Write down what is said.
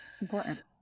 Important